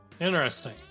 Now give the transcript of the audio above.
Interesting